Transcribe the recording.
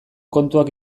kontuak